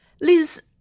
Liz